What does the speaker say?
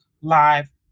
live